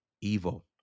evil